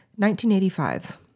1985